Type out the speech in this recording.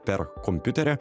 per kompiuterį